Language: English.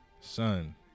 son